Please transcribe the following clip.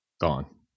gone